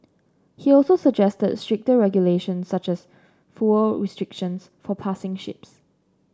he also suggested stricter regulations such as fuel restrictions for passing ships